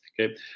Okay